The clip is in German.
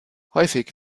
häufig